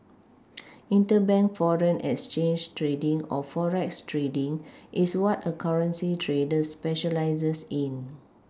interbank foreign exchange trading or forex trading is what a currency trader specialises in